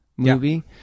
movie